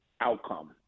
outcome